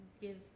give